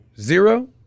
Zero